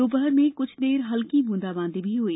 दो हर में क्छ देर हल्की बूंदा बांदी भी हई